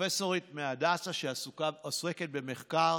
פרופסורית מהדסה שעוסקת במחקר,